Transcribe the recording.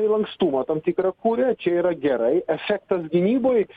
lankstumą tam tikrą kuria čia yra gerai efektas gynyboj